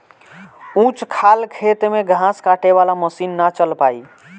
ऊंच खाल खेत में घास काटे वाला मशीन ना चल पाई